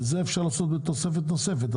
את זה אפשר לעשות בתוספת נוספת.